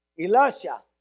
Elisha